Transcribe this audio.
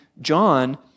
John